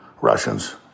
Russians